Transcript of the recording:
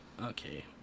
Okay